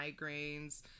migraines